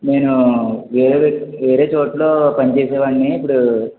నేను వేరే వేరే చోటు పని చేసేవాడ్ని ఇప్పుడు